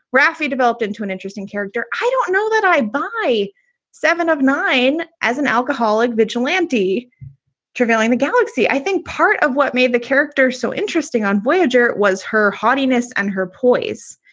rafi developed into an interesting character. i don't know that i buy seven of nine as an alcoholic vigilante travelling the galaxy. i think part of what made the character so interesting on voyager was her haughtiness and her poise.